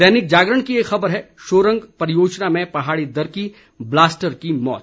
दैनिक जागरण की एक खबर है शोरंग परियोजना में पहाड़ी दरकी ब्लास्टर की मौत